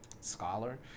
scholar